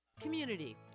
Community